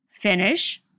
finish